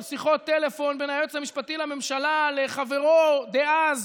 שיחות טלפון בין היועץ המשפטי לממשלה לחברו דאז,